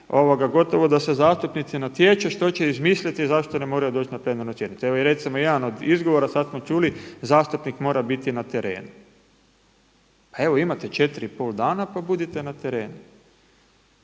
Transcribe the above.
gotovo da se zastupnici natječu što će izmisliti zašto ne moraju doći na plenarnu sjednicu. Evo recimo jedan od izgovora sada smo čuli, zastupnik mora biti na terenu. Evo imate 4,5 dana pa budite na terenu